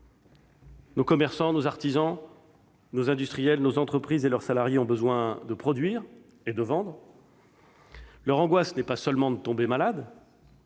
Nos commerçants, nos artisans, nos industriels, nos entreprises et leurs salariés ont besoin de produire et de vendre. Leur angoisse n'est pas seulement de tomber malades,